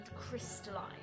crystalline